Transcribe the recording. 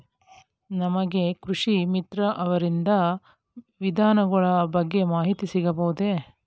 ನಮಗೆ ಕೃಷಿ ಮಿತ್ರ ಅವರಿಂದ ವಿಧಾನಗಳ ಬಗ್ಗೆ ಮಾಹಿತಿ ಸಿಗಬಹುದೇ?